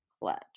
clutch